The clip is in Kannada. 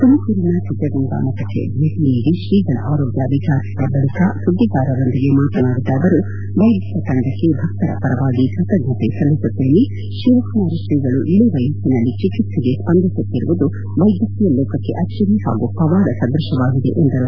ತುಮಕೂರಿನ ಸಿದ್ದಗಂಗಾ ಮಠಕ್ಕೆ ಬೇಟಿ ನೀಡಿ ಶ್ರೀಗಳ ಆರೋಗ್ಯ ವಿಚಾರಿಸಿದ ಬಳಿಕ ಸುದ್ದಿಗಾರರೊಂದಿಗೆ ಮಾತನಾಡಿದ ಅವರುವೈದ್ಯರ ತಂಡಕ್ಕೆ ಭಕ್ತರ ಪರವಾಗಿ ಕೃತಜ್ಞತೆ ಸಲ್ಲಿಸುತ್ತೇನೆ ಶಿವಕುಮಾರ ಶ್ರೀಗಳು ಇಳಿ ವಯಸ್ಸಿನಲ್ಲಿ ಚಿಕಿತ್ಸೆಗೆ ಸ್ಪಂದಿಸುತ್ತಿರುವುದು ವೈದ್ಯಕೀಯ ಲೋಕಕ್ಕೆ ಅಚ್ಚರಿ ಮತ್ತು ಪವಾದ ಸದೃಶವಾಗಿದೆ ಎಂದರು